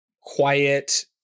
quiet